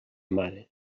mare